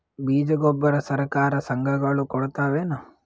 ಬೀಜ ಗೊಬ್ಬರ ಸರಕಾರ, ಸಂಘ ಗಳು ಕೊಡುತಾವೇನು?